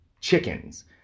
Chickens